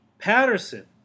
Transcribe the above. Patterson